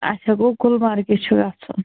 آچھا گوٚو گُلمَرگہِ چھُ گژھُن